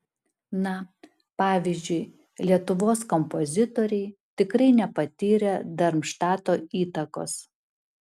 na pavyzdžiui lietuvos kompozitoriai tikrai nepatyrė darmštato įtakos